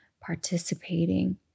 participating